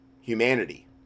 humanity